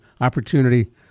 opportunity